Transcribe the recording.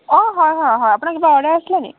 অঁ হয় হয় হয় আপোনাৰ কিবা অৰ্ডাৰ আছিলে নেকি